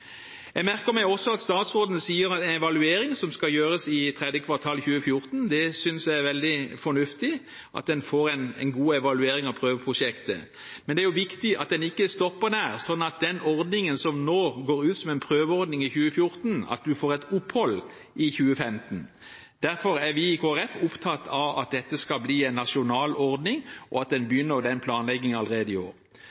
Jeg merker meg også at statsråden sier at evaluering skal gjøres i tredje kvartal 2014. Jeg synes det er veldig fornuftig at en får en god evaluering av prøveprosjektet. Men det er viktig at en ikke stopper der, sånn at den ordningen som nå går ut som en prøveordning i 2014, får et opphold i 2015. Derfor er vi i Kristelig Folkeparti opptatt av at dette skal bli en nasjonal ordning, og at en